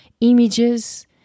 images